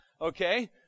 okay